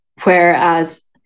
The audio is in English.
Whereas